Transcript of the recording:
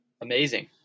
Amazing